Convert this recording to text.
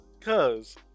cause